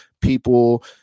people